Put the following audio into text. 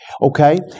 Okay